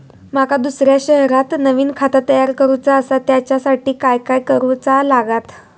माका दुसऱ्या शहरात नवीन खाता तयार करूचा असा त्याच्यासाठी काय काय करू चा लागात?